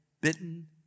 bitten